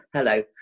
Hello